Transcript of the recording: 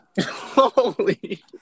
holy